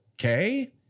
okay